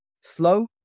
slow